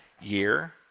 year